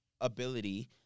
ability